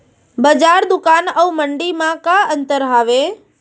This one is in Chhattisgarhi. बजार, दुकान अऊ मंडी मा का अंतर हावे?